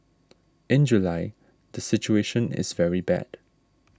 in July the situation is very bad